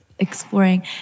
exploring